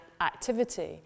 activity